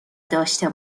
داشته